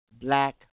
Black